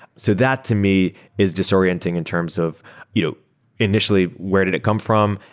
so that to me is disorienting in terms of you know initially where did it come from,